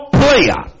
player